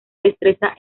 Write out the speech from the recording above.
destreza